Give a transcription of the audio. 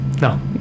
No